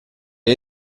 est